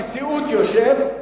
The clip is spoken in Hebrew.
אני בנשיאות יושב,